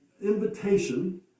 invitation